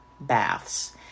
baths